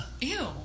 Ew